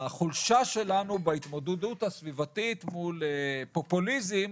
בחולשה שלנו בהתמודדות הסביבתית מול פופוליזם